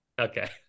Okay